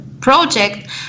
project